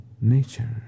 nature